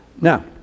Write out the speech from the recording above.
Now